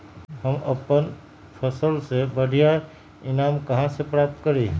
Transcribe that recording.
हम अपन फसल से बढ़िया ईनाम कहाँ से प्राप्त करी?